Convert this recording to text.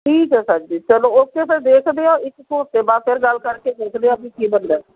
ਠੀਕ ਹੈ ਸਰ ਜੀ ਚਲੋ ਓਕੇ ਫਿਰ ਦੇਖਦੇ ਹਾਂ ਇੱਕ ਸਕੂਲ ਤੋਂ ਬਾਅਦ ਫਿਰ ਗੱਲ ਕਰਕੇ ਦੇਖਦੇ ਹਾਂ ਵੀ ਕੀ ਬਣਦਾ